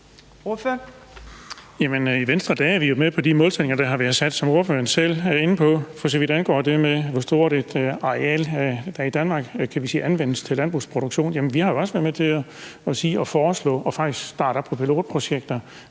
I Venstre er vi jo med på de målsætninger, der har været sat, som ordføreren selv er inde på. For så vidt angår det med, hvor stort et areal der i Danmark anvendes til landbrugsproduktion, så har vi jo også været med til at sige og foreslå og faktisk starte pilotprojekter